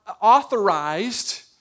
authorized